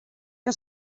que